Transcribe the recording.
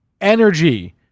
energy